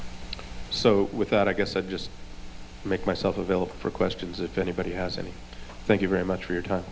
so with that i guess i just make myself available for questions if anybody has any thank you very much for your time